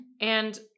And-